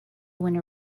winner